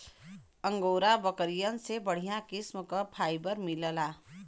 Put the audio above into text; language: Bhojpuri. अंगोरा बकरियन से बढ़िया किस्म क फाइबर मिलला